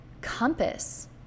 compass